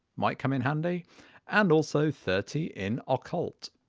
might come in handy and also thirty in occult.